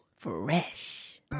Fresh